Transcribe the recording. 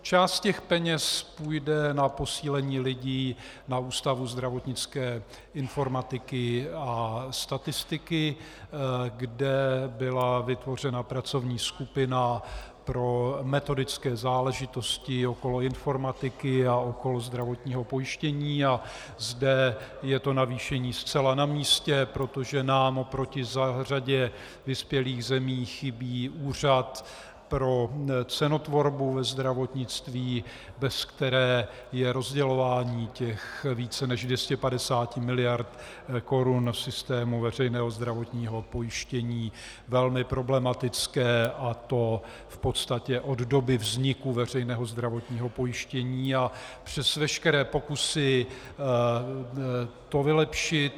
Část těch peněz půjde na posílení lidí na Ústavu zdravotnické informatiky a statistiky, kde byla vytvořena pracovní skupina pro metodické záležitosti okolo informatiky a okolo zdravotního pojištění, a zde je to navýšení zcela na místě, protože nám proti řadě vyspělých zemí chybí úřad pro cenotvorbu ve zdravotnictví, bez které je rozdělování těch více než 250 miliard korun v systému veřejného zdravotního pojištění velmi problematické, a to v podstatě od doby vzniku veřejného zdravotního pojištění, a přes veškeré pokusy to vylepšit...